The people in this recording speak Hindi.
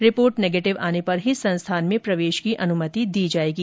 रिपोर्ट नेगेटिव आने पर ही संस्थान में प्रवेश की अनुमति दी जाएगी